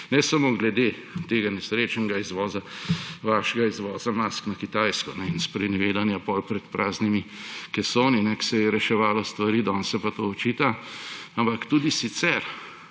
ne samo glede tega nesrečnega izvoza, vašega izvoza mask na Kitajsko in sprenevedanja potem pred praznimi kesoni, ko se je reševalo stvari, danes se pa to očita; ampak tudi sicer.